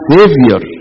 Savior